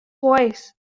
voice